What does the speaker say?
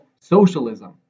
socialism